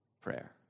prayer